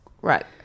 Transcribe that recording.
Right